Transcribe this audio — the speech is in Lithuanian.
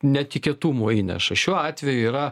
netikėtumų įneša šiuo atveju yra